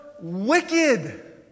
wicked